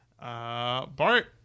Bart